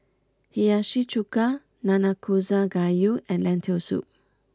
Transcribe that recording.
Hiyashi Chuka Nanakusa Gayu and Lentil Soup